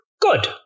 Good